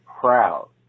proud